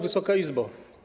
Wysoka Izbo!